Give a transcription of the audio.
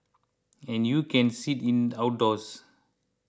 and you can sit in outdoors